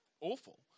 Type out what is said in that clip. awful